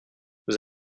vous